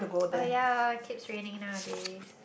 oh ya it keeps raining nowadays